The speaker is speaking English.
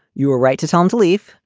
you were right to tell him to leave.